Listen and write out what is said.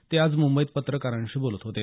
ते आज मुंबईत पत्रकारांशी बोलत होते